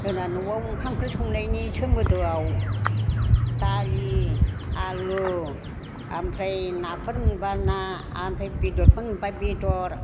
जोंना न'आव ओंखाम ओंख्रि संनायनि सोमोन्दोआव दालि आलु आमफ्राय नाफोर मोनब्ला ना आमफ्राय बेदरफोर मोनब्ला बेदर